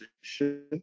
position